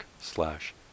slash